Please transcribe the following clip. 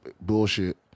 bullshit